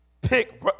pick